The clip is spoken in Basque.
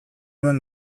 nuen